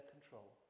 control